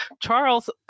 Charles